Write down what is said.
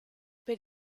per